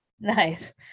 Nice